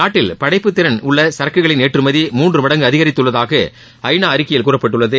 நாட்டில் படைப்பு திறன் உள்ள சரக்குகளின் ஏற்றுமதி மூன்று மடங்கு அதிகரித்துள்ளதாக ஐநா அறிக்கையில் கூறப்பட்டுள்ளது